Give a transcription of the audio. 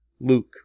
Luke